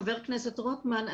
לחבר הכנסת רוטמן,